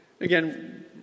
Again